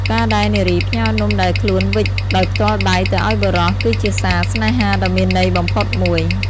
ការដែលនារីផ្ញើនំដែលខ្លួនវេចដោយផ្ទាល់ដៃទៅឱ្យបុរស គឺជាសារស្នេហាដ៏មានន័យបំផុតមួយ។